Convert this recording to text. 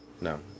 No